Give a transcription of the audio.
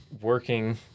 working